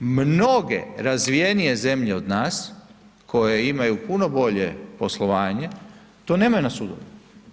Mnoge razvijenije zemlje od nas koje imaju puno bolje poslovanje, to nemaju na sudovima.